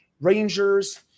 Rangers